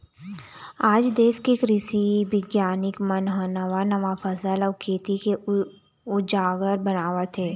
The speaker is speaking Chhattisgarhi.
आज देश के कृषि बिग्यानिक मन ह नवा नवा फसल अउ खेती के अउजार बनावत हे